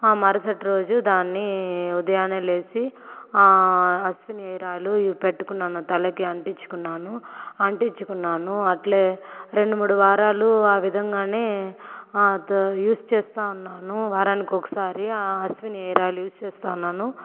మరుసటి రోజు దాన్ని ఉదయాన్నే లేచి అశ్వినీ హెయిర్ ఆయిలు పెట్టుకున్నాను తలకి అంటించుకున్నాను అంటించుకున్నాను అట్లే రెండు మూడు వారాలు విధంగానే అదో యూజ్ చేస్తూ ఉన్నాను వారానికొకసారి అశ్వినీ హెయిర్ ఆయిలు యూజ్ చేస్తూ ఉన్నాను